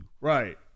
Right